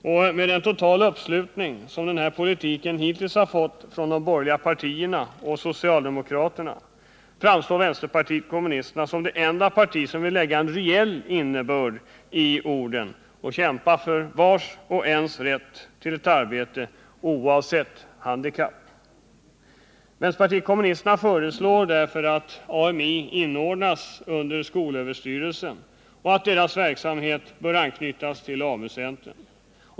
Och med den totala uppslutning som denna politik hittills har fått från de borgerliga partierna och socialdemokraterna framstår vänsterpartiet kommunisterna såsom det enda parti som ville lägga en reell innebörd i orden och kämpa för vars och ens rätt till ett arbete oavsett handikapp. Vänsterpartiet kommunisterna föreslår därför att AMI inordnas under skolöverstyrelsen och att deras verksamhet bör anknytas till AMU-centren.